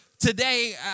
Today